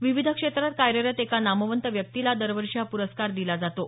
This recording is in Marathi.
विविध क्षेत्रात कार्यरत एका नामवंत व्यक्तीला दरवर्षी हा पुरस्कार दिला जातो